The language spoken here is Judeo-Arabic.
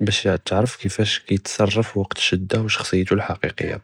באש תערף כיפאש כיתְסַרְף וַקְת אלשדה, ו שִחְסִיהתו אִלחקיקיה.